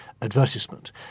advertisement